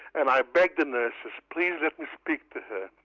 and i begged the nurses, please let me speak to her.